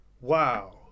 Wow